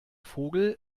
vogel